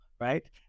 right